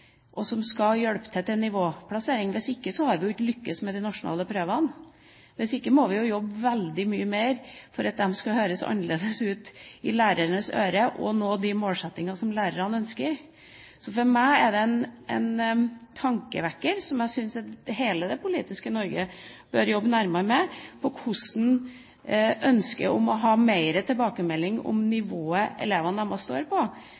som skal være til hjelp for nivåplassering. Hvis ikke har vi ikke lyktes med de nasjonale prøvene. Hvis ikke må vi jobbe veldig mye mer for at de skal høres annerledes ut i lærerens ører og ha de målsettingene som lærerne ønsker. Så for meg er det en tankevekker som jeg syns hele det politiske Norge bør jobbe nærmere med, hvordan ønsket om